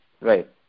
Right